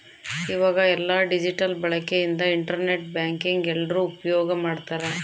ಈವಾಗ ಎಲ್ಲ ಡಿಜಿಟಲ್ ಬಳಕೆ ಇಂದ ಇಂಟರ್ ನೆಟ್ ಬ್ಯಾಂಕಿಂಗ್ ಎಲ್ರೂ ಉಪ್ಯೋಗ್ ಮಾಡ್ತಾರ